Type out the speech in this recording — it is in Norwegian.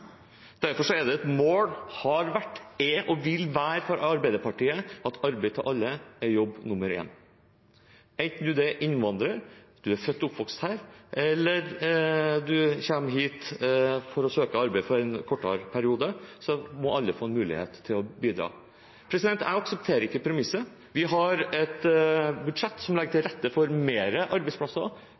Derfor har det vært, er og vil være slik for Arbeiderpartiet at arbeid til alle er jobb nr. én. Enten du er innvandrer, eller du er født og oppvokst her, eller du kommer hit for å søke arbeid for en kortere periode, må alle få mulighet til å bidra. Jeg aksepterer ikke premisset. Vi har et budsjett som legger til rette for flere arbeidsplasser